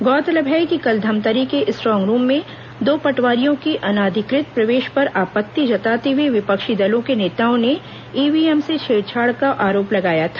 गौरतलब है कि कल धमतरी के स्ट्रांग रूम में दो पटवारियों के अनाधिकृत प्रवेश पर आपत्ति जताते हुए विपक्षी दलों के नेताओं ने ईव्हीएम से छेड़छाड़ का आरोप लगाया था